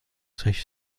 coś